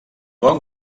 bon